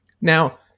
Now